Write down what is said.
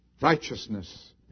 Righteousness